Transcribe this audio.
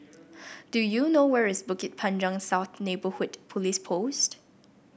do you know where is Bukit Panjang South Neighbourhood Police Post